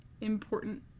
important